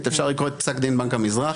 אני לא דן בשאלה מה היה שם כי